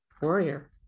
warrior